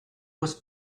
was